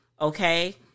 Okay